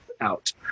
out